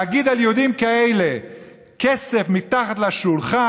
להגיד על יהודים כאלה "כסף מתחת לשולחן"